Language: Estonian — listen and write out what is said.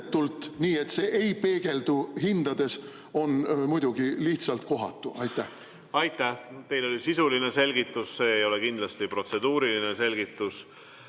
nii et see ei peegeldu hindades, on muidugi lihtsalt kohatu. Aitäh! Teil oli sisuline selgitus, see ei olnud kindlasti protseduuriline selgitus.